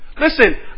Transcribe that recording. Listen